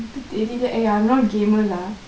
எனக்கு தெரியல:enakku theriyala eh I'm not gamer lah